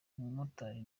umumotari